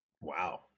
Wow